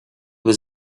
was